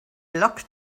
locked